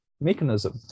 mechanism